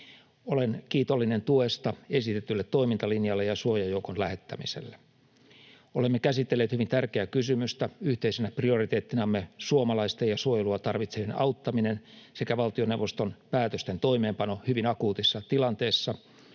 Olen kiitollinen tuesta esitetylle toimintalinjalle ja suojajoukon lähettämiselle. Olemme käsitelleet hyvin tärkeää kysymystä, yhteisenä prioriteettinamme suomalaisten ja suojelua tarvitsevien auttaminen sekä valtioneuvoston päätösten toimeenpano hyvin akuutissa tilanteessa,